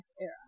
era